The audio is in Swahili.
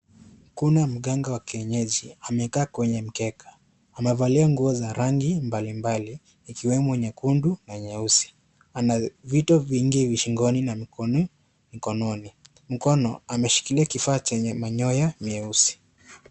Kuna mkanga wa kienyeji amekaa kwenye mkeka, amevalia nguo za rangi mbalimbali ikiwemo nyekundu na nyeusi . Ana vitu vingi shingoni na mkononi, mkono ameshikilia kifaa chenye manyoya mweusi.